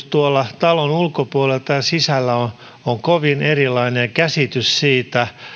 tuolla talon ulkopuolella että täällä sisällä on on kovin erilainen käsitys siitä